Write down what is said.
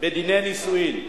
בדיני נישואים.